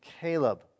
Caleb